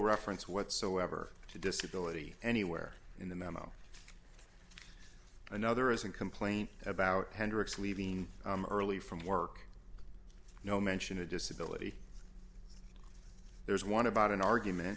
reference whatsoever to disability anywhere in the memo another is an complaint about hendrix leaving early from work no mention of disability there's one about an argument